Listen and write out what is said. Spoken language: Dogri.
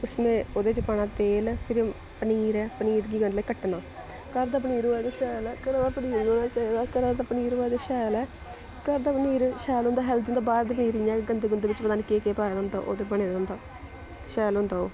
उस में ओह्दे च पाना तेल फिर पनीर ऐ पनीर गी पैह्लें कट्टना घर दा पनीर होआ ते शैल ऐ घरा दा पनीर होना चाहिदा घरै दा पनीर होऐ ते शैल ऐ घर दा पनीर शैल होंदा हैल्थी होंदा बाह्र दा पनीर इ'यां गंदे गंदे बिच्च पता निं केह् केह् पाए दा होंदा ओह्दे बने दा होंदा शैल होंदा ओह्